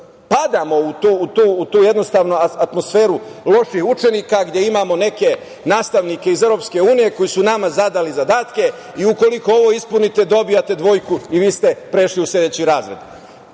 padamo u tu atmosferu loših učenika, gde imamo neke nastavnike iz EU koji su nama zadali zadatke i ukoliko ovo ispunite dobijate dvojku i vi ste prešli u sledeći razred.